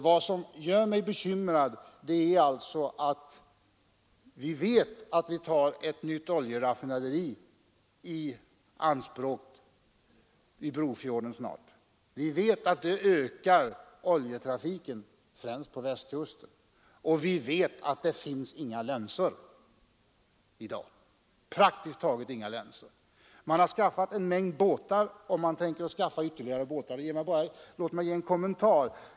Vad som gör mig bekymrad är detta: Vi vet att ett nytt oljeraffinaderi snart tas i anspråk vid Brofjorden, vi vet att det ökar oljetrafiken, främst på Västkusten, och vi vet att det praktiskt taget inte finns några länsor i dag. Man har skaffat en mängd båtar och man tänker skaffa ytterligare några.